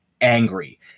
angry